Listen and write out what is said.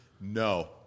No